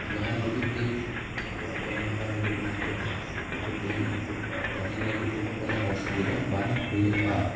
ᱡᱟᱦᱟᱱ ᱞᱟᱹᱜᱤᱫ ᱜᱮ ᱟᱠᱚᱣᱟᱜ ᱠᱟᱹᱢᱤ ᱦᱚᱨᱟ ᱞᱟᱹᱜᱤᱫ ᱢᱮᱱᱛᱮ ᱠᱤᱱᱛᱩ ᱛᱮᱦᱮᱧ ᱩᱱᱠᱩ ᱞᱮᱠᱚ ᱛᱟᱦᱮᱱ ᱞᱟᱹᱜᱤᱫ ᱛᱮᱫᱚ ᱠᱳᱱᱚ ᱚᱥᱩᱵᱤᱫᱷᱟ ᱵᱟᱝ ᱦᱳᱭᱳᱜᱼᱟ